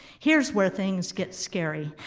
here's where things get scary.